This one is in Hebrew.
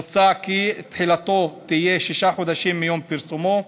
מוצע כי תחילתו תהיה שישה חודשים מיום פרסומו,